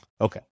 Okay